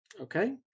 Okay